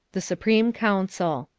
the supreme council.